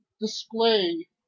display